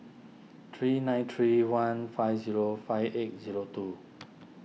three nine three one five zero five eight zero two